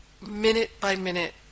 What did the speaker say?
minute-by-minute